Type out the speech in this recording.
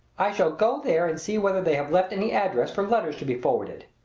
i shall go there and see whether they have left any address for letters to be forwarded.